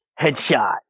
Headshot